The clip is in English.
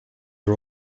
are